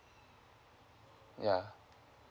ya